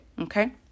okay